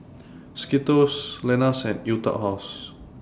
Skittles Lenas and Etude House